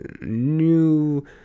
new